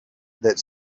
that